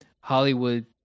Hollywood